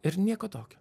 ir nieko tokio